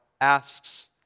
asks